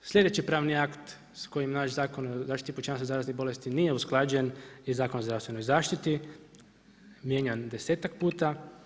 Sljedeći pravni akt s kojim naš Zakon o zaštiti pučanstva od zaraznih bolesti nije usklađen i Zakon o zdravstvenoj zaštiti mijenjan desetak puta.